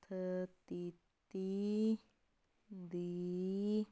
ਸਥਿਤੀ ਦੀ